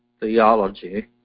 theology